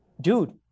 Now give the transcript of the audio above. dude